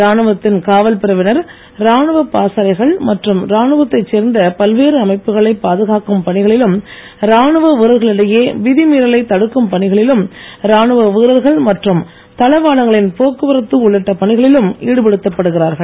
ராணுவத்தின் காவல் பிரிவினர் ராணுவப் பாசறைகள் மற்றும் ராணுவத்தைச் சேர்ந்த பல்வேறு அமைப்புகளை பாதுகாக்கும் பணிகளிலும் ராணுவ வீரர்களிடையே விதிமீறலை தடுக்கும் பணிகளிலும் ராணுவ வீரர்கள் மற்றும் தளவாடங்களின் போக்குவரத்து உள்ளிட்ட பணிகளிலும் ஈடுபடுத்தப்படுகிறார்கள்